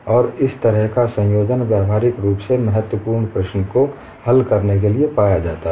और इस तरह का संयोजन व्यावहारिक रूप से महत्वपूर्ण प्रश्न को हल करने के लिए पाया जाता है